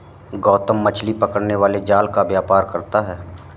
गौतम मछली पकड़ने वाले जाल का व्यापार करता है